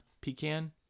pecan